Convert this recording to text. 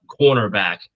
cornerback